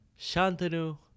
Shantanu